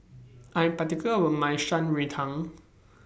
I Am particular about My Shan Rui Tang